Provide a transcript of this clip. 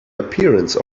appearance